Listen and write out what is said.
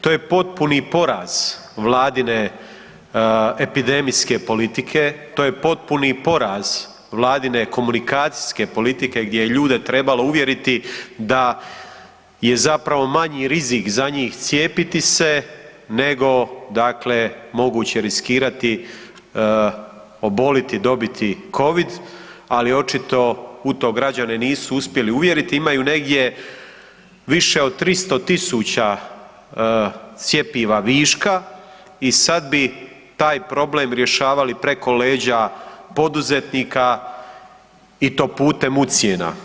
To je potpuni poraz Vladine epidemijske politike, to je potpuni poraz Vladine komunikacijske politike gdje je ljude trebalo uvjeriti da je zapravo manji rizik za njih cijepiti se nego dakle moguće riskirati, oboliti, dobiti Covid, ali očito u to građane nisu uspjeli uvjeriti, imaju negdje više od 300 tisuća cjepiva viška i sad bi taj problem rješavali preko leđa poduzetnika i to putem ucjena.